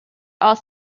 are